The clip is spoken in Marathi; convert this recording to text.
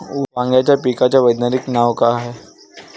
वांग्याच्या पिकाचं वैज्ञानिक नाव का हाये?